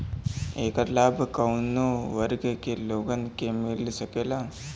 ऐकर लाभ काउने वर्ग के लोगन के मिल सकेला?